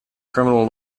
criminal